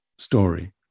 story